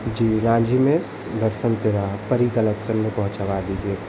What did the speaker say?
जी राँझी में बरसम तिराहा परी कलेक्शन में पहुँचवा दीजिए